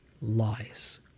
lies